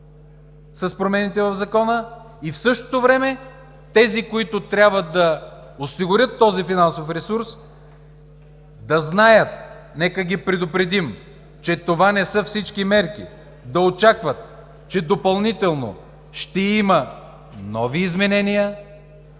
с промените в Закона, и в същото време тези, които трябва да осигурят този финансов ресурс, да знаят – нека ги предупредим, че това не са всички мерки и да очакват, че допълнително ще има нови изменения,